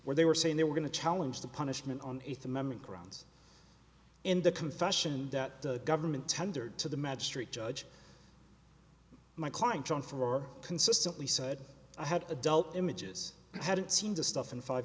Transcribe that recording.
where they were saying they were going to challenge the punishment on eighth amendment grounds in the confession that the government tendered to the magistrate judge my client john four consistently said i had adult images i hadn't seen the stuff in five